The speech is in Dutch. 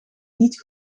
niet